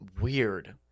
weird